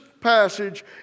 passage